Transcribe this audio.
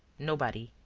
nobody.